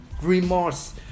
remorse